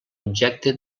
objecte